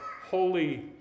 holy